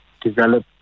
develop